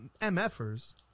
MFers